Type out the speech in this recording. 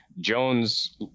Jones